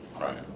Right